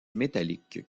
métallique